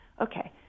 Okay